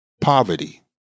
poverty